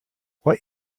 what